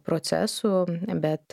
procesų bet